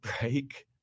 break